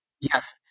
Yes